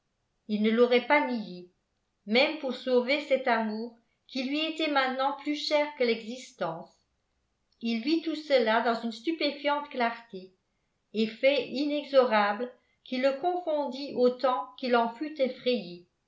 il ne l'aurait pas nié même pour sauver cet amour qui lui était maintenant plus cher que l'existence il vit tout cela dans une stupéfiante clarté et fait inexorable qui le confondit autant qu'il en fut effrayé